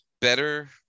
better